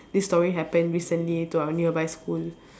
this story happen recently to our nearby school